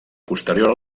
posterior